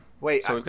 wait